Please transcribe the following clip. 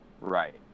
right